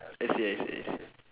I see I see I s~